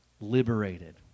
liberated